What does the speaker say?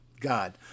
God